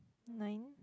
nine